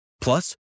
Plus